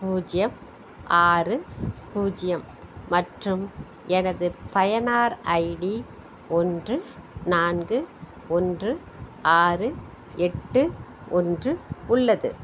பூஜ்யம் ஆறு பூஜ்யம் மற்றும் எனது பயனர் ஐடி ஒன்று நான்கு ஒன்று ஆறு எட்டு ஒன்று உள்ளது